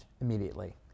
immediately